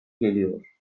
geliyor